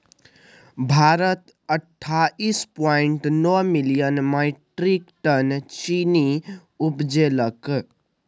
भारत अट्ठाइस पॉइंट नो million metric ton चीन्नी उपजेलकै